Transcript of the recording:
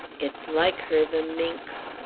it's like her, the minx.